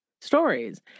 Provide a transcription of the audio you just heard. stories